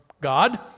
God